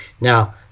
Now